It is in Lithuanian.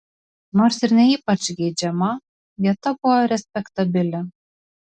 nors ir ne ypač geidžiama vieta buvo respektabili